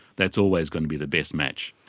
that's always going to be the best match,